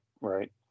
right